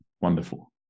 Wonderful